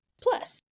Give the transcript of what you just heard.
plus